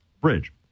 bridge